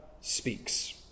speaks